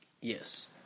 Yes